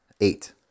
Eight